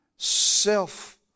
Self